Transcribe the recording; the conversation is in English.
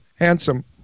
handsome